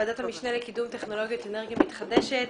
ועדת המשנה לקידום טכנולוגיות לאנרגיה מתחדשת